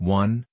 one